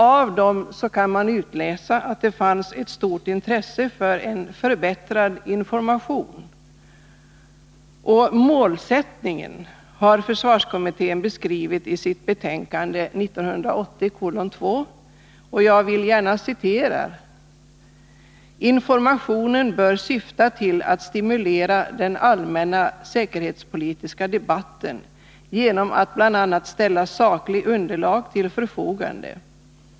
Av remissvaren kan man utläsa att det finns ett stort intresse för en förbättrad information. Målsättningen har försvarskommittén beskrivit i sitt betänkandet 1980:2: ”Informationen bör syfta till att stimulera den allmänna säkerhetspolitiska debatten genom att bl.a. ställa sakligt underlag till förfogande.